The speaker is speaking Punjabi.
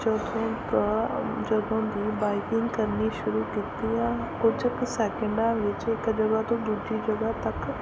ਜਦੋਂ ਦਾ ਜਦੋਂ ਦੀ ਬਾਈਕਿੰਗ ਕਰਨੀ ਸ਼ੁਰੂ ਕੀਤੀ ਆ ਕੁਝ ਕੁ ਸੈਕਿੰਡਾਂ ਵਿੱਚ ਇੱਕ ਜਗ੍ਹਾ ਤੋਂ ਦੂਜੀ ਜਗ੍ਹਾ ਤੱਕ